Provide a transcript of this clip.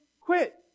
quit